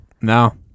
No